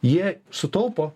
jie sutaupo